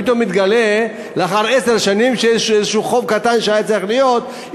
פתאום מתגלה לאחר עשר שנים שיש איזה חוב שהיה צריך להיות קטן,